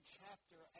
chapter